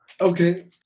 Okay